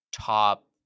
top